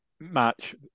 match